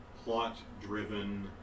plot-driven